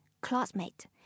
classmate